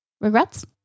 regrets